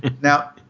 Now